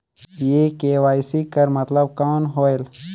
ये के.वाई.सी कर मतलब कौन होएल?